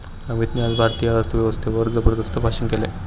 अमितने आज भारतीय अर्थव्यवस्थेवर जबरदस्त भाषण केले